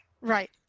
right